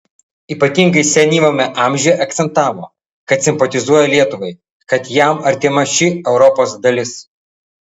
ypatingai senyvame amžiuje akcentavo kad simpatizuoja lietuvai kad jam artima šį europos dalis